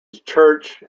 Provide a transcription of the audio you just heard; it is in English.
church